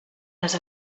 les